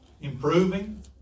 Improving